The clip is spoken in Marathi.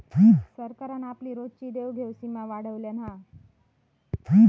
सरकारान आपली रोजची देवघेव सीमा वाढयल्यान हा